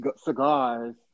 cigars